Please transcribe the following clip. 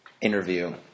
interview